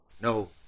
No